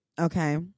Okay